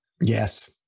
Yes